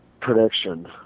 prediction